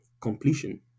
completion